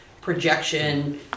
projection